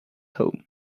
home